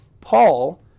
Paul